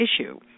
issue